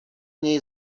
něj